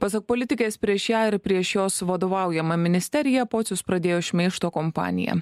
pasak politikės prieš ją ir prieš jos vadovaujamą ministeriją pocius pradėjo šmeižto kompaniją